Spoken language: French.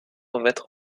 remettre